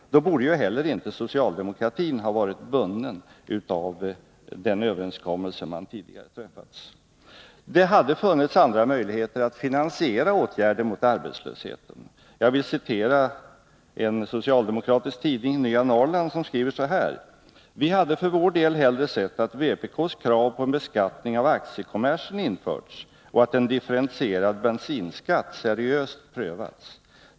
Då borde ju inte heller socialdemokratin ha varit bunden av den överenskommelse man tidigare träffat. Det hade funnits andra möjligheter att finansiera åtgärder mot arbetslösheten. Jag vill citera en socialdemokratisk tidning, Nya Norrland, som skriver så här: ”Vi hade för vår del hellre sett att vpk:s krav på en beskattning av aktiekommersen införts och att en differentierad bensinskatt seriöst prövats.